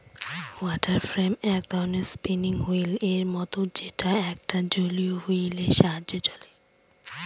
water frame এক ধরনের spinning wheel এর মত যেটা একটা জলীয় হুইল এর সাহায্যে চলে